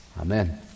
Amen